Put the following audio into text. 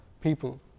people